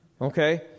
okay